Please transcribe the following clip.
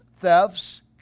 thefts